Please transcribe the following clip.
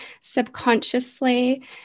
subconsciously